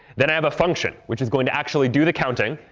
then i have a function which is going to actually do the counting.